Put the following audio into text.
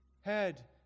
head